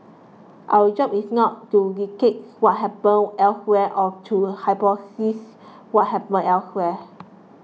our job is not to dictate what happens elsewhere or to hypothesise what happens elsewhere